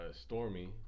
Stormy